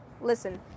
Listen